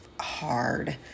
hard